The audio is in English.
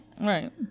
Right